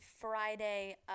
friday